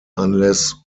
unless